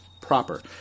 proper